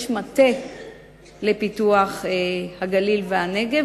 יש מטה לפיתוח הגליל והנגב,